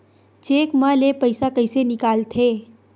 Cheque म ले पईसा कइसे निकलथे?